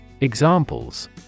Examples